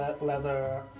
leather